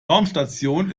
raumstation